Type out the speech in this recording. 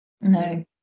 No